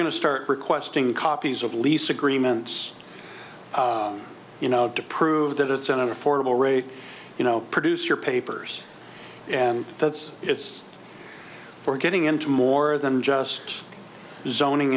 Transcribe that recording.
going to start requesting copies of lease agreements you know to prove that it's an affordable rate you know produce your papers and that's it's we're getting into more than just zoning